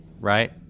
right